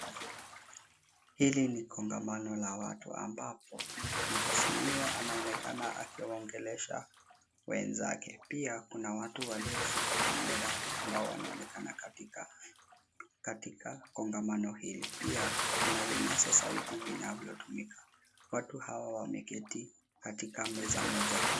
Hili ni kongamano la watu ambapo mheshimiwa anaonekana akiwaongelesha wenzake. Pia kuna watu walioshika kamera ambaoo wanaonekana katika kongamano hili. Pia kuna vinasa sauti vinavyotumika. wata hawa wameketi katika meza moja kuu.